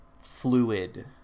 fluid